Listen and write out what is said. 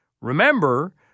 Remember